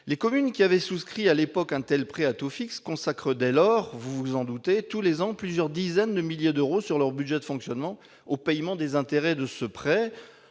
les communes ayant souscrit à l'époque un tel prêt à taux fixe consacrent tous les ans plusieurs dizaines de milliers d'euros, pris sur leur budget de fonctionnement, au paiement des intérêts de ce prêt.